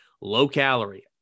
Low-calorie